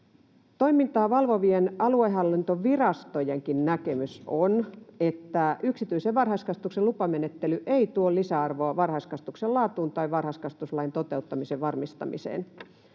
Toimintaa valvovien aluehallintovirastojenkin näkemys on, että yksityisen varhaiskasvatuksen lupamenettely ei tuo lisäarvoa varhaiskasvatuksen laatuun tai varhaiskasvatuslain toteutumisen varmistamiseen.